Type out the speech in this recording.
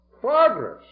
Progress